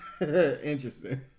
Interesting